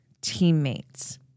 teammates